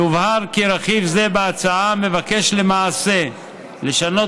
יובהר כי רכיב זה בהצעה מבקש למעשה לשנות